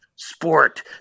sport